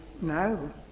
no